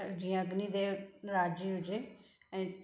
जीअं अग्नि देव राजी हुजे ऐं